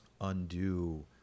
undo